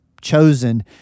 chosen